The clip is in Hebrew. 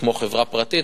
כמו בחברה פרטית,